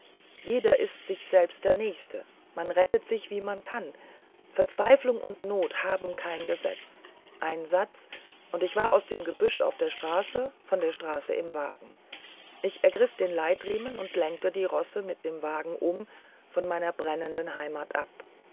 jeder ist sich selbst der nächste man rettet sich wie man kann verzweiflung und not haben kein gesetz ein satz und ich war aus dem gebüsch auf der straße von der straße im wagen ich ergriff den leitriemen und lenkte die rosse mit dem wagen um von meiner brennenden heimat ab